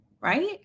right